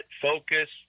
focus